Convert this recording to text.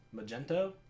magento